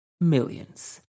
millions